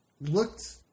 Looked